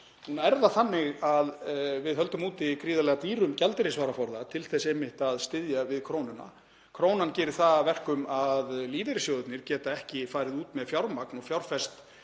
tvö ár. Nú höldum við úti gríðarlega dýrum gjaldeyrisvaraforða til þess einmitt að styðja við krónuna. Krónan gerir það að verkum að lífeyrissjóðirnir geta ekki farið út með fjármagn og fjárfest